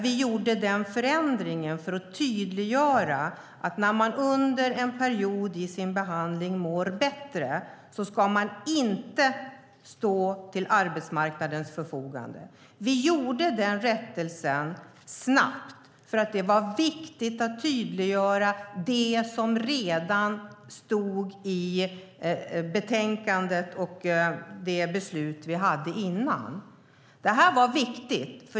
Vi gjorde den förändringen för att tydliggöra att man inte ska stå till arbetsmarknadens förfogande när man mår bättre under en period i sin behandling. Vi gjorde den rättelsen snabbt eftersom det var viktigt att tydliggöra det som redan stod i betänkandet och det beslut som var fattat. Det här var viktigt.